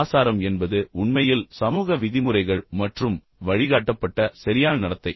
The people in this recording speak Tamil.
எனவே ஆசாரம் என்பது உண்மையில் சமூக விதிமுறைகள் மற்றும் வழிகாட்டப்பட்ட சரியான நடத்தை